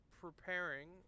preparing